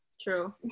True